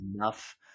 enough